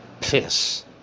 piss